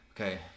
Okay